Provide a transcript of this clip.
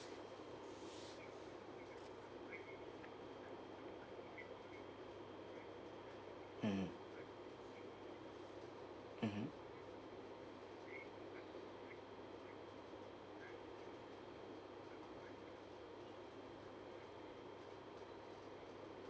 mmhmm mmhmm